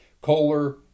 Kohler